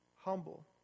humble